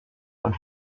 und